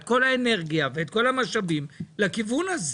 את כל האנרגיה ואת כל המשאבים לכיוון הזה.